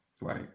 Right